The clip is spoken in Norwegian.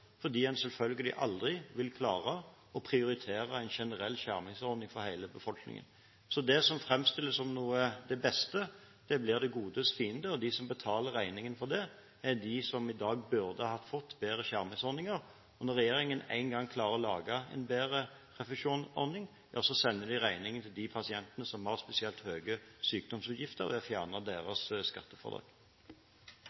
fordi en selvfølgelig aldri vil klare å prioritere en generell skjermingsordning for hele befolkningen. Det som framstilles som det beste, blir det godes fiende, og de som betaler regningen, er de som i dag burde ha fått bedre skjermingsordninger. Når regjeringen en gang klarer å lage en bedre refusjonsordning, sender de regningen til de pasientene som har spesielt høye sykdomsutgifter, ved å fjerne